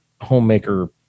homemaker